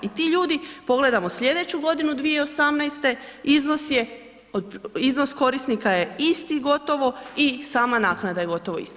I ti ljudi, pogledamo sljedeću godinu 2018. iznos je, iznos korisnika je isti gotovo i sama naknada je gotovo ista.